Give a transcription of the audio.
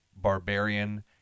barbarian